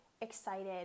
excited